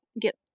get